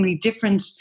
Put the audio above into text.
different